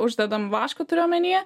uždedam vašką turiu omenyje